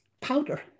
powder